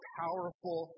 powerful